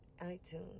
iTunes